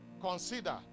Consider